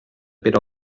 pere